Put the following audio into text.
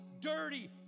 dirty